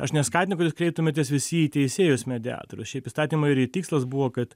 aš neskatinu kad kreiptumėtės visi į teisėjus mediatorius šiaip įstatymo ir jo tikslas buvo kad